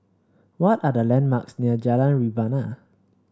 what are the landmarks near Jalan Rebana